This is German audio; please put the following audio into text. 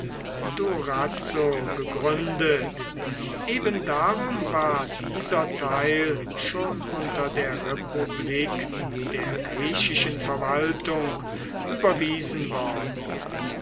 durazzo gegründet eben darum war dieser teil schon unter der republik der griechischen verwaltung überwiesen worden